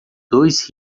dois